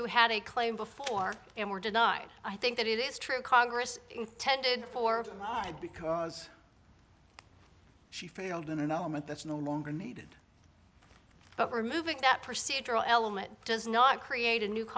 who had a claim before and were denied i think that it is true congress intended for a minute because she failed in an element that's no longer needed but removing that procedural element does not create a new